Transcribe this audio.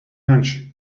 lunch